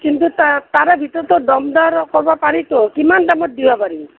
কিন্তু তাৰে তাৰে ভিতৰতে দম দাৰ কৰিব পাৰিতো কিমান দামত দিব পাৰি